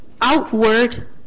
outward